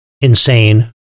insane